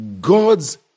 God's